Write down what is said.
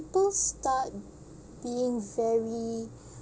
~ple start being very